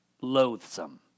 loathsome